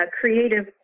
creative